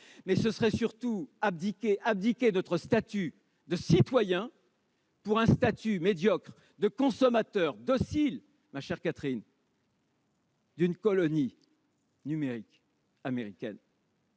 Mais ce serait surtout abdiquer notre statut de citoyens pour un statut médiocre de consommateurs dociles, ma chère Catherine Morin-Desailly, au sein d'une colonie numérique américaine.